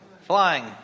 flying